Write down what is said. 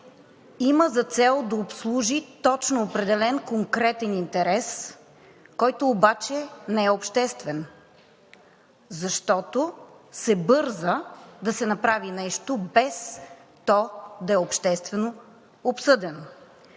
има за цел да обслужи точно определен, конкретен интерес, който обаче не е обществен, защото се бърза да се направи нещо, без то да е обществено обсъдено.